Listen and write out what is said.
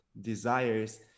desires